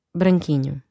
branquinho